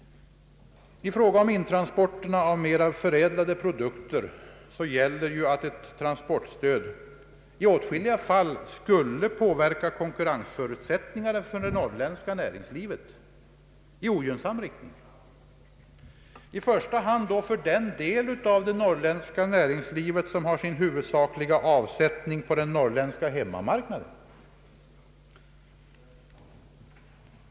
I fråga om intransporter av mer förädlade produkter gäller ju att ett transportstöd i åtskilliga fall skulle påverka konkurrensförutsättningarna för det norrländska näringslivet i ogynnsam riktning, i första hand då för den del därav som har sin huvudsakliga avsättning på den norrländska hemmamarknaden.